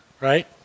right